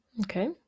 okay